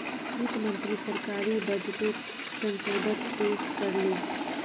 वित्त मंत्री सरकारी बजटोक संसदोत पेश कर ले